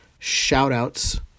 Shoutouts